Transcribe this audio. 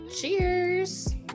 cheers